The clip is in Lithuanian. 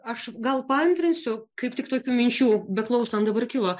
aš gal paantrinsiu kaip tik tokių minčių beklausant dabar kilo